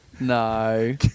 No